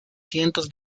cientos